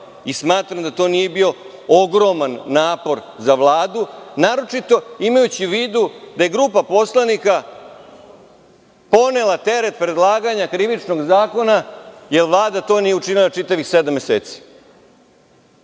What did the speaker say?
Smatram da to nije bio ogroman napor za Vladu, naročito imajući u vidu da je grupa poslanika ponela teret predlaganja Krivičnog zakona jer Vlada to nije učinila čitavih sedam meseci. Shvatam